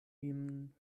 ihnen